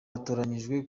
yatoranyijwe